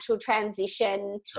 transition